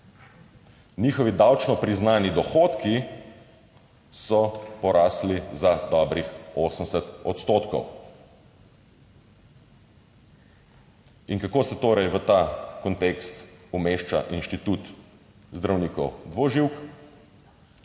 Njihovi davčno priznani dohodki so porasli za dobrih 80 odstotkov. In kako se torej v ta kontekst umešča inštitut zdravnikov dvoživk?